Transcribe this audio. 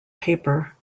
paper